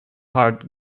heart